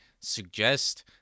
suggest